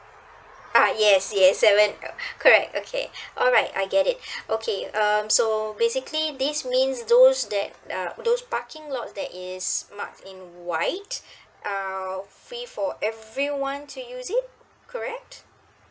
ah yes yes yes seven uh correct okay alright I get it okay um so basically this means those that uh those parking lot that is mark in white uh free for everyone to use it correct